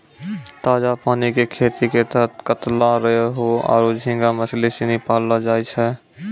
ताजा पानी कॅ खेती के तहत कतला, रोहूआरो झींगा मछली सिनी पाललौ जाय छै